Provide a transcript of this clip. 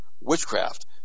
witchcraft